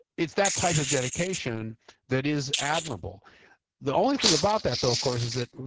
it's that type of dedication that is admirable the only thing about that though of course is that,